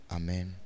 Amen